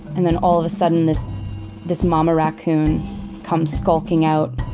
and then all of a sudden this this mama raccoon comes skulking out,